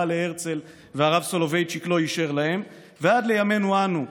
להרצל והרב סולבייצ'יק לא אישר להם ועד לימינו אנו,